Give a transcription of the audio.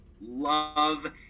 love